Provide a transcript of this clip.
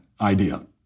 idea